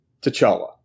T'Challa